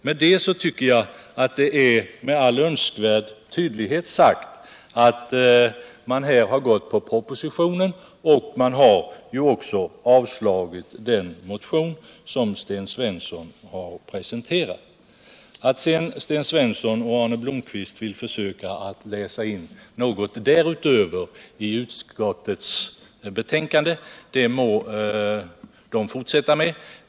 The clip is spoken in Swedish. Jag tycker därför att det med all önskvärd tydlighet sagts ifrån att man följt propositionen, och man har ju också avstyrkt den motion som Sten Svensson väckt. Att sedan Sten Svensson och Arne Blomkvist vill försöka att I utskottets betänkande läsa in något därutöver må vara hänt.